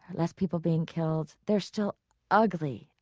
less people being killed. there's still ugly,